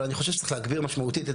אבל אני חושב שצריך להגביר משמעותית את